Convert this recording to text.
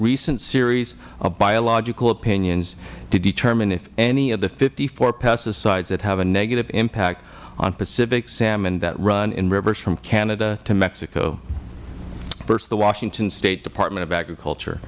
recent series of biological opinions to determine if any of the fifty four pesticides that have a negative impact on pacific salmon that run in rivers from canada to mexico first the washington state department of agriculture